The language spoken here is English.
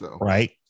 Right